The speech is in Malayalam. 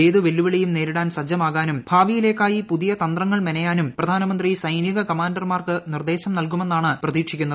ഏത് വെല്ലുവിളിയും ന്റേരിടാൻ സജ്ജമാകാനും ഭാവിയിലേക്കായി പുതിയി തന്ത്രങ്ങൾ ക്രിമനയാനും പ്രധാനമന്ത്രി സൈനിക കമാൻഡർമാർക്ക് പ്രതീക്ഷിക്കുന്നത്